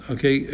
Okay